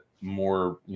more